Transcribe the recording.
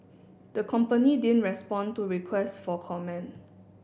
the company didn't respond to request for comment